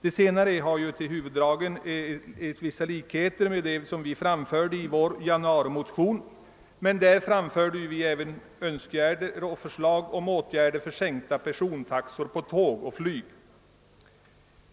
Det senare har ju när det gäller huvuddragen vissa likheter med det förslag vi framlade i vår januarimotion, men vi framförde även förslag om åtgärder för sänkning av persontaxor för tåg och flyg.